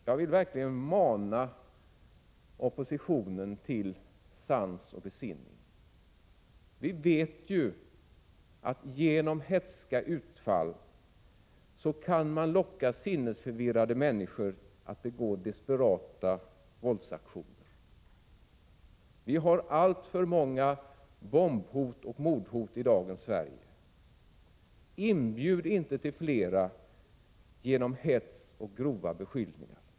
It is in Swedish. Jag vill verkligen mana oppositionen till sans och besinning. Vi vet ju att Prot. 1986/87:12 man genom hätska utfall kan locka sinnesförvirrade människor att begå 22 oktober 1986 desperata våldsaktioner. Vi har alltför många bombhot och mordhot i dagens Sverige. Inbjud inte till flera genom hets och grova beskyllningar!